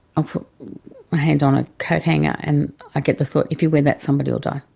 ah put my hand on a coat hanger, and i get the thought if you wear that somebody will die.